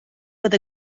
with